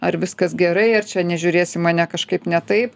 ar viskas gerai ar čia nežiūrės į mane kažkaip ne taip